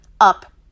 up